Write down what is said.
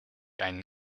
einen